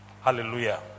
hallelujah